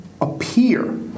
appear